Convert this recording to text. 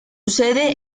sede